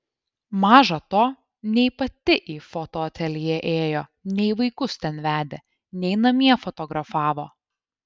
maža to nei pati į fotoateljė ėjo nei vaikus ten vedė nei namie fotografavo